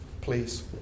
please